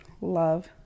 Love